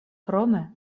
krome